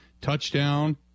Touchdown